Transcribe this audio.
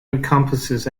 encompasses